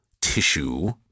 tissue